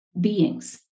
beings